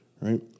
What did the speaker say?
right